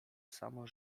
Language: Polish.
samo